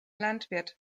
landwirt